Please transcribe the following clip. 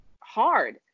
hard